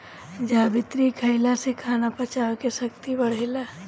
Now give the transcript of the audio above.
जावित्री खईला से खाना पचावे के शक्ति बढ़ेला